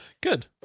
Good